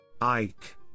Ike